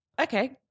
Okay